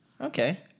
Okay